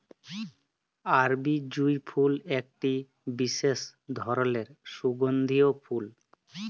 আরবি জুঁই ফুল একটি বিসেস ধরলের সুগন্ধিও ফুল